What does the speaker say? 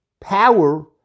power